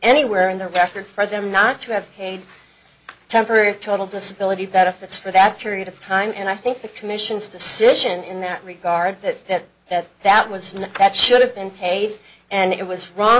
anywhere in the record for them not to have paid temporary total disability benefits for that period of time and i think the commission's decision in their regard that that that was not correct should have been paid and it was wrong